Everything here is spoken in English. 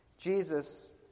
Jesus